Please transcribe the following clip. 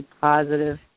positive